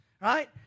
right